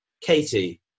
Katie